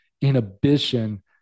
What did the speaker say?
inhibition